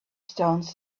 stones